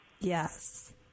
Yes